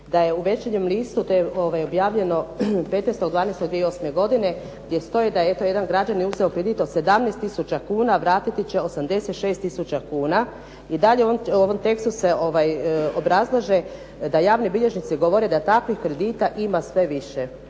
u Večernjem listu, to je objavljeno 15.12.2008. godine gdje stoji da je, eto građanin uzeo kredit od 17 tisuća kuna, vratiti će 86 tisuća kuna i dalje u ovom tekstu se obrazlaže da javni bilježnici govore da takvih kredita ima sve više.